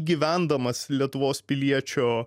gyvendamas lietuvos piliečio